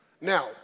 Now